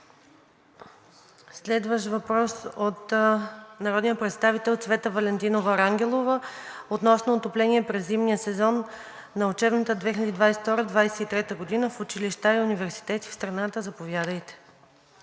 Следващият въпрос е от народния представител Цвета Валентинова Рангелова относно отопление през зимния сезон на учебната 2022 – 2023 г. в училища и университети в страната. Заповядайте.